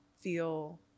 feel